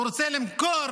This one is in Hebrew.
הוא רוצה למכור